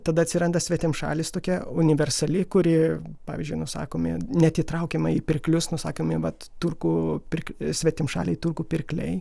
tada atsiranda svetimšalis tokia universali kuri pavyzdžiui nusakomi neatitraukiamai pirklius nusakomi vat turkų pirk svetimšaliai turkų pirkliai